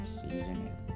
seasoning